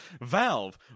Valve